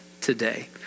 today